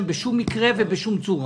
בשום מקרה ובשום צורה.